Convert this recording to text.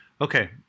Okay